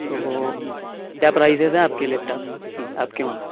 تو وہ کیا پرائزز ہیں آپ کے لیپ ٹاپ کی آپ کے وہاں